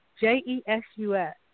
J-E-S-U-S